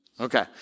Okay